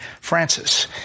Francis